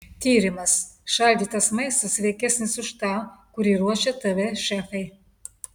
tyrimas šaldytas maistas sveikesnis už tą kurį ruošia tv šefai